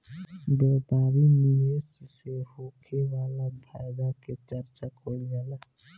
व्यापारिक निवेश से होखे वाला फायदा के चर्चा कईल जाला